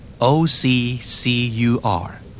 O-C-C-U-R